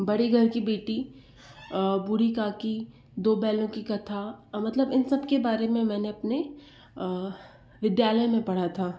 बड़े घर की बेटी बूढ़ी काकी दौ बैलों की कथा मतलब इन सबके बारे में मैंने अपने विद्यालय में पढ़ा था